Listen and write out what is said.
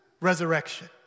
Resurrection